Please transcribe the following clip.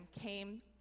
came